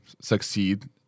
succeed